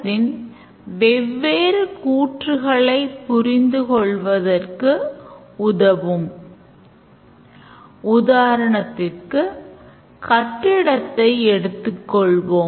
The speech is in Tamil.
ATM பணத்தை withdraw பெறும் உதாரணத்தை எடுத்துக் கொள்வோம்